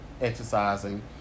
exercising